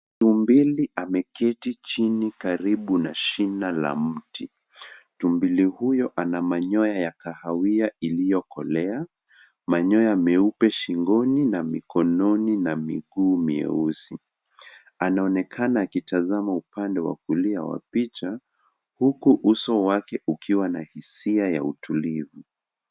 Tumbili ameketi chini karibu na shina la mti. Tumbili huyo ame manyoya ya kahawia iliyokolea, manyoya meupe shingoni, na mikononi na miguu myeusi. Anaonekana akitazama upande wa kulia wa picha huku uso wake ukiwa na hisia ya utulivu.